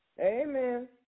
Amen